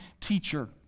teacher